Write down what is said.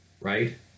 right